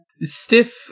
stiff